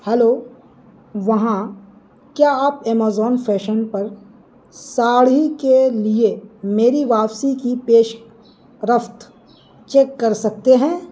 hello وہاں کیا آپ امازون فیشن پر ساڑی کے لیے میری واپسی کی پیش رفت چیک کر سکتے ہیں